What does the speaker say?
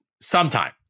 sometime